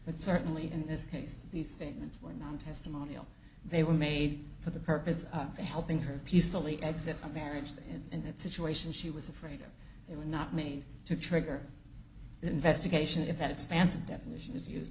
but certainly in this case these statements were mom testimonial they were made for the purpose of helping her peacefully exit a marriage and in that situation she was afraid or they would not mean to trigger the investigation if that expansive definition